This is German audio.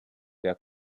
der